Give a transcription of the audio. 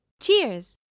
Cheers